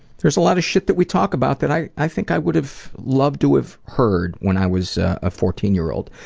there's a lot of shit that we talk about that i i think i would have loved to have heard when i was a fourteen year old.